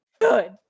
good